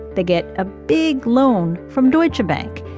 they get a big loan from deutsche bank.